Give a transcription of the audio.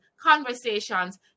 conversations